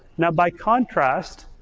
now by contrast,